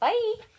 Bye